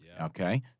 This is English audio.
okay